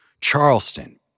Charleston